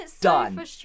done